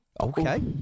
Okay